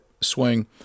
swing